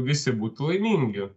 visi būtų laimingi